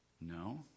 No